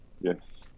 Yes